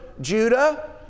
Judah